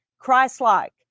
Christ-like